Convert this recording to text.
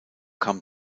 kam